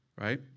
right